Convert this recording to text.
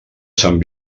sant